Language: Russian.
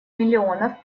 миллионов